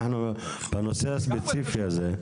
אנחנו בנושא הספציפי הזה.